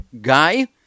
guy